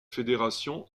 fédérations